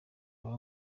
baba